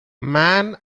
man